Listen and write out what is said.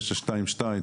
922,